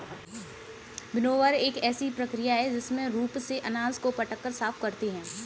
winnower एक ऐसी प्रक्रिया है जिसमें रूप से अनाज को पटक कर साफ करते हैं